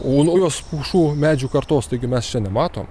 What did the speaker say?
o naujos pušų medžių kartos taigi mes čia nematom